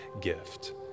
gift